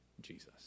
Jesus